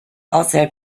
also